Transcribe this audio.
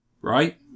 right